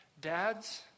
Dads